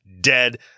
dead